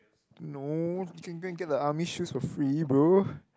no you can go and get the army shoes for free bro